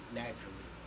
naturally